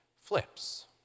flips